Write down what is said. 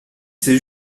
c’est